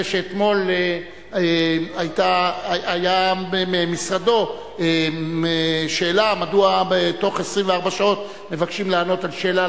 אחרי שאתמול הגיעה ממשרדו שאלה מדוע בתוך 24 שעות מבקשים לענות על שאלה,